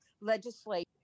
legislative